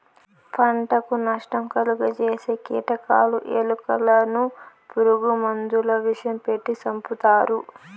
పంటకు నష్టం కలుగ జేసే కీటకాలు, ఎలుకలను పురుగు మందుల విషం పెట్టి సంపుతారు